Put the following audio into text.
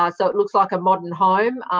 um so it looks like a modern home.